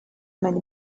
many